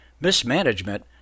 mismanagement